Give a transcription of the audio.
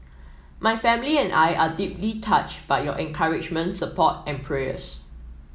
my family and I are deeply touched by your encouragement support and prayers